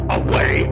away